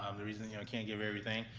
um the reason you know i can't give everything,